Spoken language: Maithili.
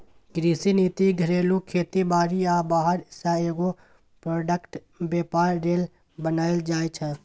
कृषि नीति घरेलू खेती बारी आ बाहर सँ एग्रो प्रोडक्टक बेपार लेल बनाएल जाइ छै